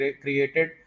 created